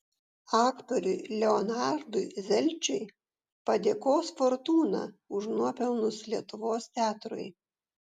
aktoriui leonardui zelčiui padėkos fortūna už nuopelnus lietuvos teatrui